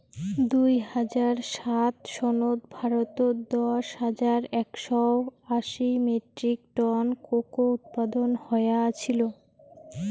দুই হাজার সাত সনত ভারতত দশ হাজার একশও আশি মেট্রিক টন কোকো উৎপাদন হয়া আছিল